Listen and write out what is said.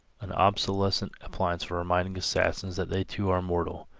an obsolescent appliance for reminding assassins that they too are mortal.